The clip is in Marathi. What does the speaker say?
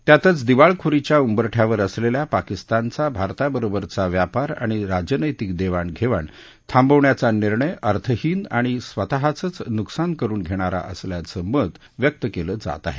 त्यातच दिवाळखोरीच्या उंबरठ्यावर असलेल्या पाकिस्तानचा भारताबरोबरचा व्यापार आणि राजनतिक देवाणघेवाण थांबवण्याचा निर्णय अर्थहीन आणि स्वतःचंच नुकसान करून घेणारा असल्याचं मत व्यक्त केलं जात आहे